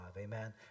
Amen